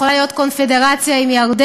יכולה להיות קונפדרציה עם ירדן,